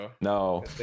No